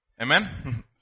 Amen